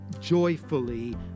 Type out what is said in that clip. joyfully